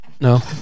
No